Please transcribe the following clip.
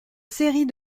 série